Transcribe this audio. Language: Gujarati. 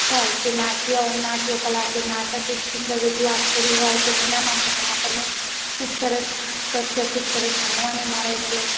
હોય કે નાટ્ય નાટ્યકલા તો નાટક એક સુંદર રજૂઆત કરી હોય તો એનામાંથી પણ આપણને ખૂબ સરસ તથ્ય ખૂબ સરસ જાણવાનું મળે છે